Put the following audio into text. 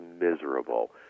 miserable